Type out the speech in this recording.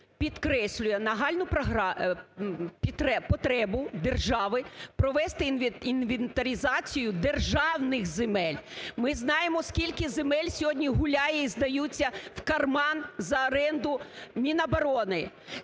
підкреслює нагальну програму... потребу держави провести інвентаризацію державних земель. Ми знаємо, скільки земель сьогодні гуляє і здаються в карман за оренду Міноборони,